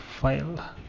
file